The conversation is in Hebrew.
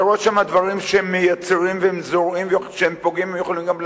אתה רואה שם דברים שהם מייצרים שפוגעים ויכולים גם להרוג,